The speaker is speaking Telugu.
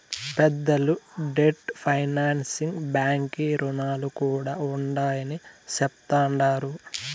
పెద్దలు డెట్ ఫైనాన్సింగ్ బాంకీ రుణాలు కూడా ఉండాయని చెప్తండారు